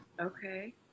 Okay